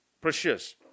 precious